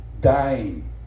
dying